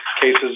cases